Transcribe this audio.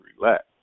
relax